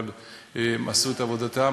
אבל הם עשו את עבודתם,